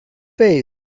face